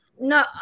No